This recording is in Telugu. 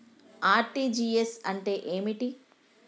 ఆర్.టి.జి.ఎస్ అంటే ఏమిటి?